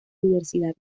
diversidad